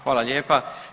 Hvala lijepa.